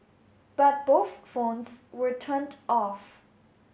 but both phones were turned off